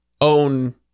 own